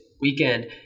weekend